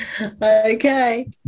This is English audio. Okay